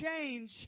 change